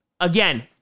again